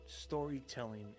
storytelling